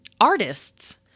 artists